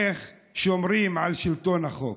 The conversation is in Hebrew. איך שומרים על שלטון החוק.